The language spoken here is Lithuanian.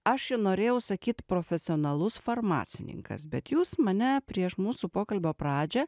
aš jau norėjau sakyt profesionalus farmacininkas bet jūs mane prieš mūsų pokalbio pradžią